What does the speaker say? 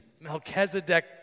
Melchizedek